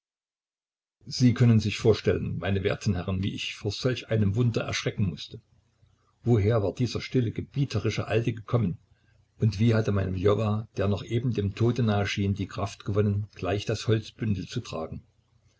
sie können sich vorstellen meine werten herren wie ich vor solch einem wunder erschrecken mußte woher war dieser stille gebieterische alte gekommen und wie hatte mein ljowa der noch eben dem tode nahe schien die kraft gewonnen gleich das holzbündel zu tragen